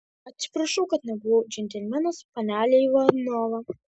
atsiprašau kad nebuvau džentelmenas panele ivanova